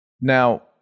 now